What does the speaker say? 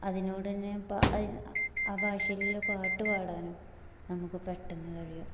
അതിനോട് തന്നെ ഇപ്പം ഐ ആ ഭാഷയിലുള്ള പാട്ട് പാടാനും നമുക്ക് പെട്ടെന്ന് കഴിയും